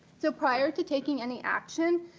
so prior to taking any actions,